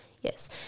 yes